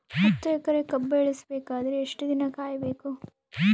ಹತ್ತು ಎಕರೆ ಕಬ್ಬ ಇಳಿಸ ಬೇಕಾದರ ಎಷ್ಟು ದಿನ ಕಾಯಿ ಬೇಕು?